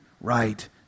right